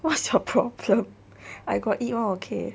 what's your problem I got eat [one] okay